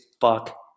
fuck